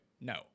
no